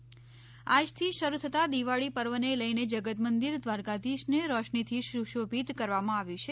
દ્વારકાધીશ મંદિર રોશની આજથી શરૂ થતાં દિવાળી પર્વને લઈને જગત મંદિર દ્વારકાધીશને રોશનીથી શુશોભિત કરવામાં આવ્યું છે